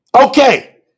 Okay